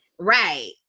Right